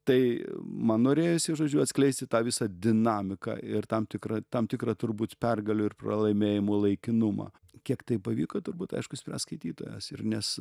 tai man norėjosi žodžiu atskleisti tą visą dinamiką ir tam tikra tam tikrą turbūt pergalių ir pralaimėjimų laikinumą kiek tai pavyko turbūt aišku spręs skaitytojas ir nes